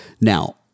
Now